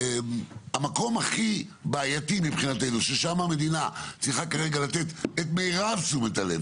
המקום הכי בעייתי מבחינתנו ששם המדינה צריכה כרגע לתת את מרב תשומת הלב,